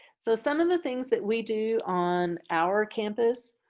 so some of the things that we do on our campus,